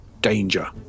danger